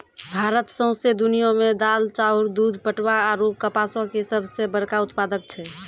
भारत सौंसे दुनिया मे दाल, चाउर, दूध, पटवा आरु कपासो के सभ से बड़का उत्पादक छै